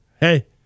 Hey